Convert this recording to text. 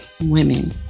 women